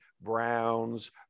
browns